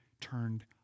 turned